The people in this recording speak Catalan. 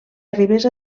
arribés